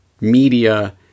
media